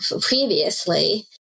previously